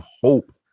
hope